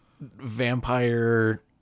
vampire